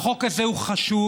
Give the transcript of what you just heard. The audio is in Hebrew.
החוק הזה הוא חשוב.